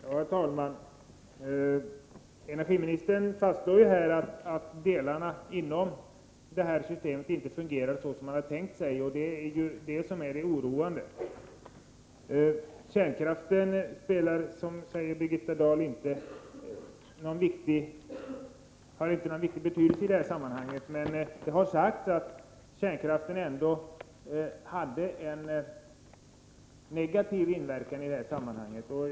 Herr talman! Energiministern fastslår att delarna inom systemet inte fungerade så som man hade tänkt sig, vilket ju är det som skapar oro. Kärnkraften har enligt vad Birgitta Dahl säger ingen större betydelse i sammanhanget, men det har sagts att kärnkraften hade en negativ inverkan.